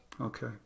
Okay